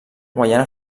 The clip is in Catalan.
guaiana